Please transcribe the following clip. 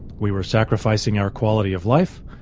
we were sacrificing our quality of life,